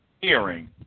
hearing